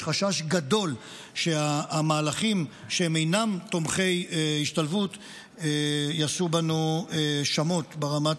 יש חשש גדול שהמהלכים שהם אינם תומכי השתלבות יעשו בנו שמות ברמת